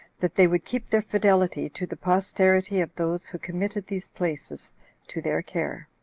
that they would keep their fidelity to the posterity of those who committed these places to their care.